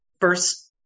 first